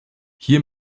hier